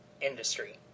industry